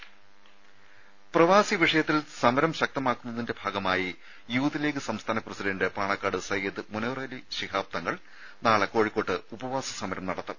രുമ പ്രവാസി വിഷയത്തിൽ സമരം ശക്തമാക്കുന്നതിന്റെ ഭാഗമായി യൂത്ത് ലീഗ് സംസ്ഥാന പ്രസിഡന്റ് പാണക്കാട് സയ്യിദ് മുനവറലി ശിഹാബ് തങ്ങൾ നാളെ കോഴിക്കോട്ട് ഉപവാസ സമരം നടത്തും